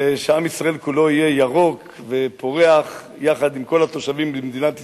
ועם ישראל כולו יהיה ירוק ופורח יחד עם כל התושבים במדינת ישראל,